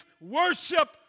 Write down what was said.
worship